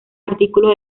artículos